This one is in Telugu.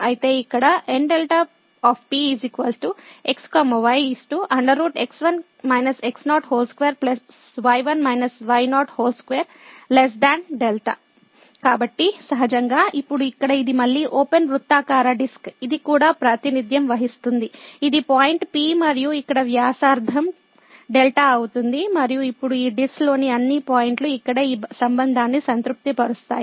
అయితే ఇక్కడ Nδ ≔ x y 22 δ కాబట్టి సహజంగా ఇప్పుడు ఇక్కడ ఇది మళ్ళీ ఓపెన్ వృత్తాకార డిస్క్ ఇది కూడా ప్రాతినిధ్యం వహిస్తుంది ఇది పాయింట్ P మరియు ఇక్కడ వ్యాసార్థం δ అవుతుంది మరియు ఇప్పుడు ఈ డిస్క్లోని అన్ని పాయింట్లు ఇక్కడ ఈ సంబంధాన్ని సంతృప్తి పరుస్తాయి